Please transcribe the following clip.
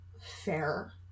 Fair